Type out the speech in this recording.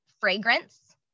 fragrance